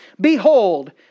Behold